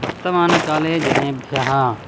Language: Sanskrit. वर्तमानकाले जनेभ्यः